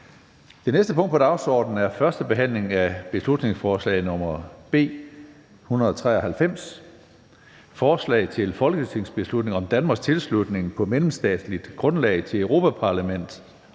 Det næste punkt på dagsordenen er: 15) 1. behandling af beslutningsforslag nr. B 193: Forslag til folketingsbeslutning om Danmarks tilslutning på mellemstatsligt grundlag til Europa-Parlamentets